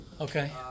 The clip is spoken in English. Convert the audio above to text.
Okay